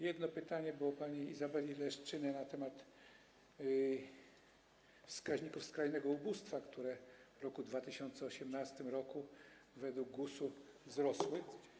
Jedno pytanie było pani Izabeli Leszczyny na temat wskaźników skrajnego ubóstwa, które w roku 2018 r. według GUS-u wzrosły.